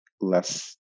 less